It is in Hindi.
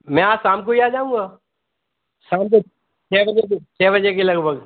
मैं आज शाम को ही आ जाऊँगा शाम को छः बजे के छः बजे के लगभग